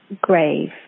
grave